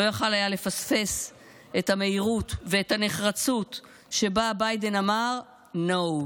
לא יכול היה לפספס את המהירות ואת הנחרצות שבה ביידן אמר no,